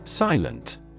Silent